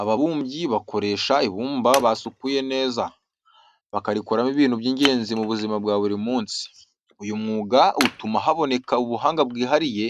Ababumbyi bakoresha ibumba basukuye neza, bakarikoramo ibintu by'ingenzi mu buzima bwa buri munsi. Uyu mwuga utuma haboneka ubuhanga bwihariye,